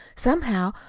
somehow,